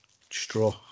straw